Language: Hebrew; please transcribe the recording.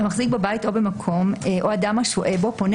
המחזיק בבית או במקום או אדם השוהה בו פונה